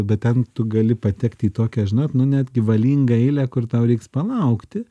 bet ten tu gali patekti į tokią žinot nu netgi valingą eilę kur tau reiks palaukti